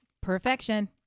perfection